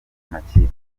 makipe